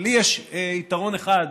ולי יש יתרון אחד,